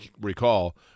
recall